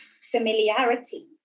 familiarity